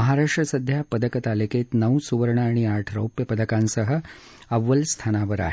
महाराष्ट्र सध्या पदकतालिकेत नऊ सुवर्ण आठ रौप्य पदकांसह अव्वल स्थानी आहे